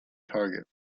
target